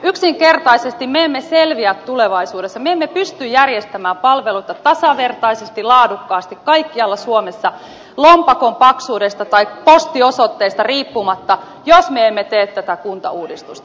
yksinkertaisesti me emme selviä tulevaisuudessa me emme pysty järjestämään palveluita tasavertaisesti laadukkaasti kaikkialla suomessa lompakon paksuudesta tai postiosoitteesta riippumatta jos me emme tee tätä kuntauudistusta